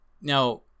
Now